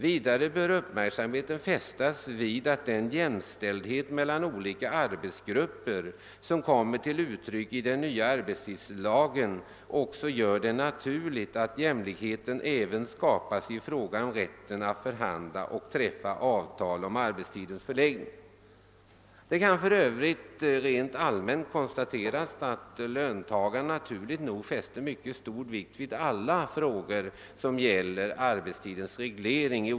Vidare bör uppmärksamheten fästas vid att den jämställdhet mellan olika arbetstagargrupper som kommer till uttryck i den nya arbetstidslagen också gör det naturligt att jämställdhet även skapas i fråga om rätten att förhandla och träffa avtal om arbetstidens förläggning. Det kan för övrigt rent allmänt konstateras att löntagarna naturligt nog fäster mycket stor vikt vid alla frågor som gäller arbetstidens reglering.